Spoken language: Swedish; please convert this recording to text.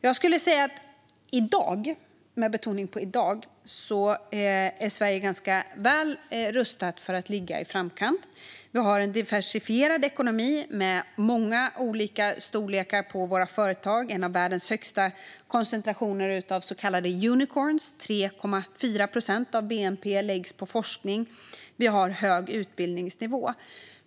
Just i dag är Sverige ganska väl rustat för att ligga i framkant. Vi har en diversifierad ekonomi med många olika storlekar på våra företag och en av världens högsta koncentrationer av så kallade unicorns. 3,4 procent av bnp läggs på forskning. Vi har hög utbildningsnivå.